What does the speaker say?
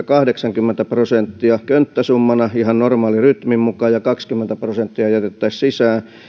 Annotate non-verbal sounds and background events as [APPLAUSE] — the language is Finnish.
[UNINTELLIGIBLE] kahdeksankymmentä prosenttia könttäsummana ihan normaalirytmin mukaan ja kaksikymmentä prosenttia jätettäisiin sisään